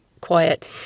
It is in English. quiet